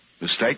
Mistake